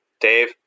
Dave